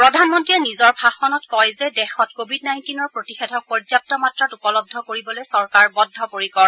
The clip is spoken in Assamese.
প্ৰধানমন্ত্ৰীয়ে নিজৰ ভাষণত কয় যে দেশত কোভিড নাইণ্টিনৰ প্ৰতিষেধক পৰ্যাপ্ত মাত্ৰাত উপলব্ধ কৰিবলৈ চৰকাৰ বদ্ধপৰিকৰ